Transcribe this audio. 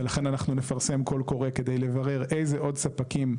ולכן אנחנו נפרסם קול קורא כדי לברר איזה עוד ספקים,